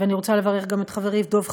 ואני רוצה לברך גם את חברי דב חנין,